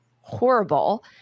horrible